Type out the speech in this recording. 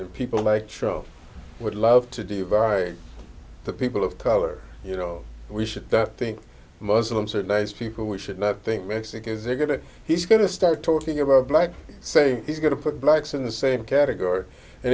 and people like show would love to divide the people of color you know we should think muslims are nice people we should not think mexicans are going to he's going to start talking about black say he's going to put blacks in the same category and